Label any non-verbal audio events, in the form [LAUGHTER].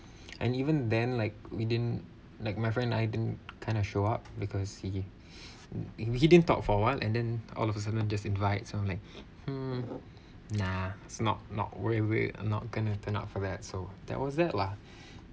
[BREATH] and even then like we didn't like my friend and I didn't kind of show up because he [BREATH] he he didn't talk for awhile and then all of a sudden just invites so I'm like mm nah it's not not way way I'm not going to turn up for that so that was that lah